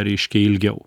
reiškia ilgiau